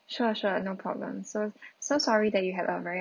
sure sure no problem so so sorry that you have a very